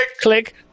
Click